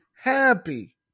happy